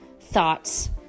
thoughts